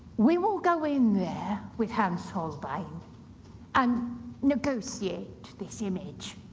we will go in there with hans holbein and negotiate this image.